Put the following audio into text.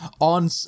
on